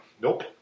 Nope